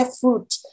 fruit